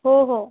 हो हो